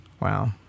wow